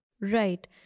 Right